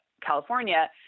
California